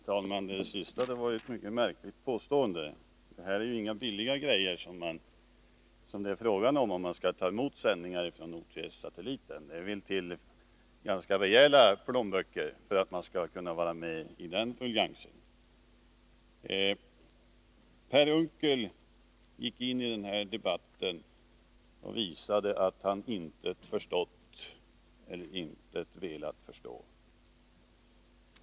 Herr talman! Det senaste var ett mycket märkligt påstående. Det är ju inga billiga grejor det är fråga om, om man skall ta emot sändningar från OTS-satelliten, utan det vill till ganska rejäla plånböcker för att man skall kunna vara med i den ruljansen. Per Unckel gick in i den här debatten och visade att han intet förstått eller intet velat förstå.